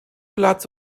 platz